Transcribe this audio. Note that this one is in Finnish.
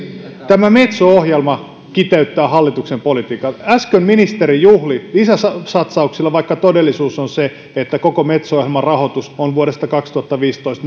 tämä metso ohjelma kiteyttää hallituksen politiikan äsken ministeri juhli lisäsatsauksilla vaikka todellisuus on se että koko metso ohjelman rahoitusta on vuodesta kaksituhattaviisitoista